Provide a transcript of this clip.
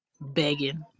begging